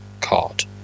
card